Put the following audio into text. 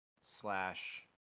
slash